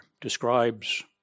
describes